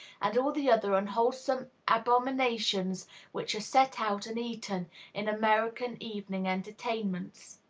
and all the other unwholesome abominations which are set out and eaten in american evening entertainments.